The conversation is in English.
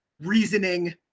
reasoning